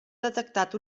detectat